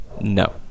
No